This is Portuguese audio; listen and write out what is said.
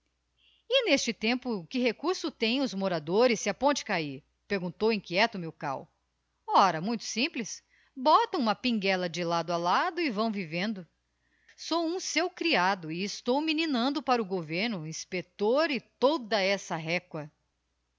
e n'este tempo que recurso têm os moradores si a ponte cahir perguntou inquieto jmilkau ora muito simples botam uma pinguela de lado a lado e vão vivendo sou uni seu creado c estou me ninando para o governo inspector e toda essa recua